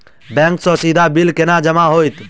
Bank सँ सीधा bill केना जमा होइत?